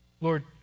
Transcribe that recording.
Lord